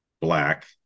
black